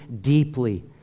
deeply